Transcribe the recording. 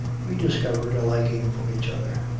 we discovered a liking for each other.